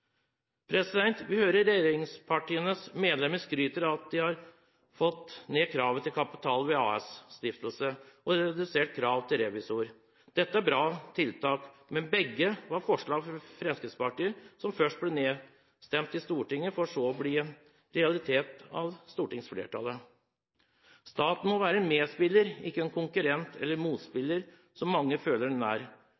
Vi hører regjeringspartienes medlemmer skryter av at de har fått ned kravet til kapital ved AS-stiftelse og redusert krav til revisjon. Dette er bra, men begge tiltakene var forslag fra Fremskrittspartiet, som først ble nedstemt i Stortinget for så å bli en realitet av stortingsflertallet. Staten må være en medspiller – ikke en konkurrent eller